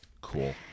Cool